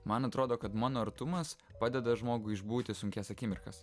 man atrodo kad mano artumas padeda žmogui išbūti sunkias akimirkas